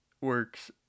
works